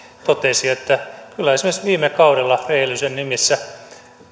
totesi että kyllä esimerkiksi viime kaudella rehellisyyden nimissä